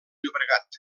llobregat